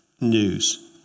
news